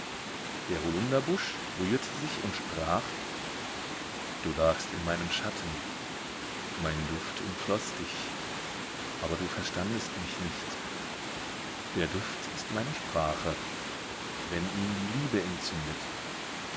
der holunderbusch rührte sich und sprach du lagst in meinem schatten mein duft umfloß dich aber du verstandest mich nicht der duft ist meine sprache wenn ihn die liebe entzündet